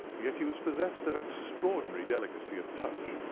yet he was possessed of extraordinary delicacy of touch,